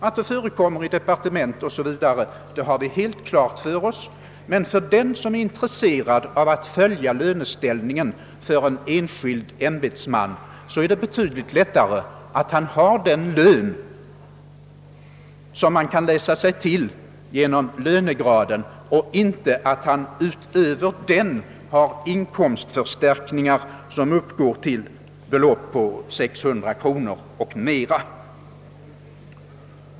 Att det förekommer inom departement o.s.v. har vi helt klart för oss, men för den som är intresserad av att följa löneställningen för en enskild tjänsteman är det betydligt lättare om lönen kan direkt utläsas av lönegraden än om det också utgår inkomstförstärkningar till ett belopp av 600 kronor i månaden och mera.